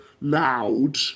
loud